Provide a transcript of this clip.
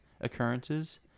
occurrences